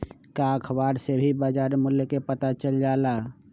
का अखबार से भी बजार मूल्य के पता चल जाला?